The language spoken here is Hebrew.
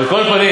על כל פנים,